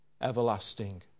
Everlasting